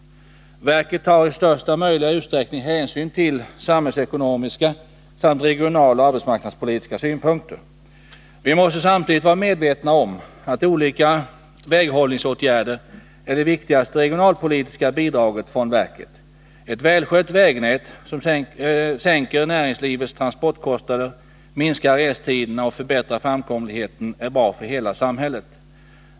Verket tar i största möjliga utsträckning hänsyn till samhällsekonomiska samt regionaloch arbetsmarknadspolitiska synpunkter. Vi måste samtidigt vara medvetna om att olika väghållningsåtgärder är det viktigaste regionalpolitiska bidraget från verket. Ett välskött vägnät, som sänker näringslivets transportkostnader, minskar restiderna och förbättrar framkomligheten, är bra för hela samhället.